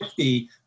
50